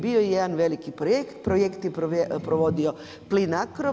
Bio je jedan veliki projekt, projekt je provodio PLINACRO.